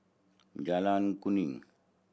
Jalan Kuning